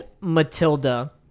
Matilda